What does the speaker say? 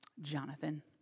Jonathan